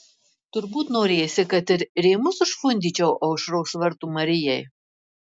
turbūt norėsi kad ir rėmus užfundyčiau aušros vartų marijai